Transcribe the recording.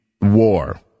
war